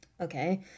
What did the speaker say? Okay